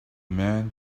men